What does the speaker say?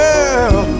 Girl